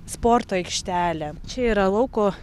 sporto aikštelė čia yra lauko